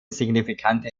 signifikante